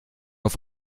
auf